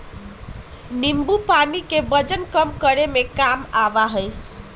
नींबू के पानी वजन कम करे में काम आवा हई